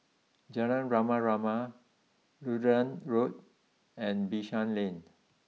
Jalan Rama Rama Lutheran Road and Bishan Lane